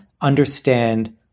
understand